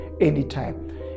anytime